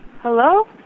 Hello